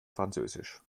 französisch